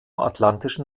atlantischen